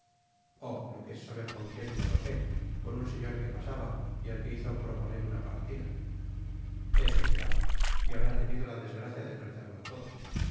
oh lo que es saber con quied no lo sé con un señor que pasaba y al que hizo proponer una partida eso será y habrá tenido la desgracia de perderlo todo